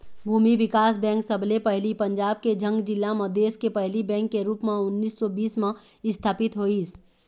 भूमि बिकास बेंक सबले पहिली पंजाब के झंग जिला म देस के पहिली बेंक के रुप म उन्नीस सौ बीस म इस्थापित होइस